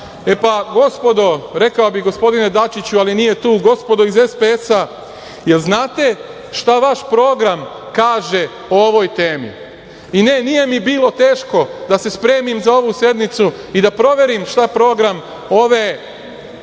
pa, gospodo, rekao bih gospodine Dačiću ali nije tu, gospodo iz SPS-a, jel znate šta vaš program kaže o ovoj temi? Ne, nije mi bilo teško da se spremim za ovu sednicu i da proverim šta program ove